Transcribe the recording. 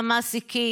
המעסיקים,